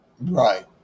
right